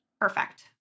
Perfect